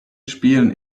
spielen